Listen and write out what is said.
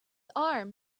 arm